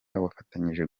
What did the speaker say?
wabafashije